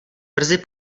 brzy